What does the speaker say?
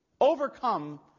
overcome